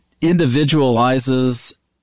individualizes